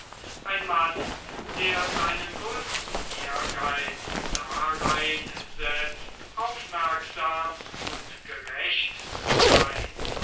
ein mann der seinen größten ehrgeiz darein setzt aufmerksam und gerecht zu sein